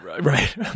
Right